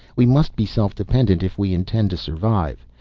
we must be self-dependent if we intend to survive.